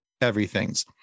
everything's